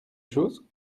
chose